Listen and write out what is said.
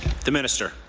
the minister